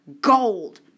gold